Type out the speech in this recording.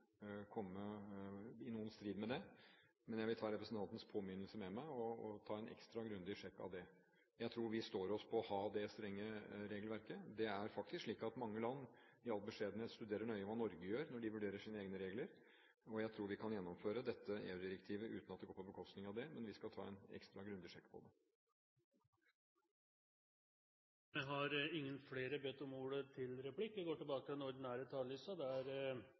komme i noen strid med det, men jeg vil ta representantens påminnelse med meg og ta en ekstra grundig sjekk på det. Jeg tror vi står oss på å ha det strenge regelverket. Det er faktisk slik at mange land i all beskjedenhet studerer nøye hva Norge gjør, når de vurderer sine egne regler. Jeg tror vi kan gjennomføre dette EU-direktivet uten at det går på bekostning av det, men vi skal ta en ekstra grundig sjekk på det.